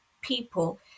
people